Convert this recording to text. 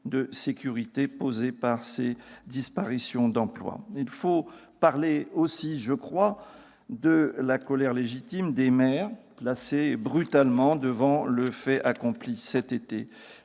il faut parler aussi de la colère légitime des maires, placés brutalement devant le fait accompli, cet été.